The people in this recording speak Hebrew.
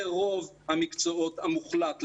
ברוב המקצועות המוחלט,